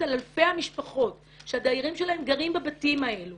על אלפי המשפחות שהדיירים שלהן גרים בבתים האלו